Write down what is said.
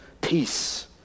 peace